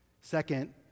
Second